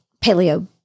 Paleo